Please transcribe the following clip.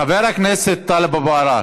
חבר הכנסת טלב אבו עראר,